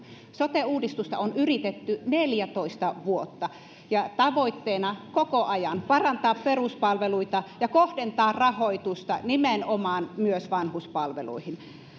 sote uudistusta on yritetty neljätoista vuotta tavoitteena koko ajan parantaa peruspalveluita ja kohdentaa rahoitusta nimenomaan myös vanhuspalveluihin